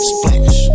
Splash